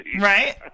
Right